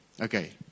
Okay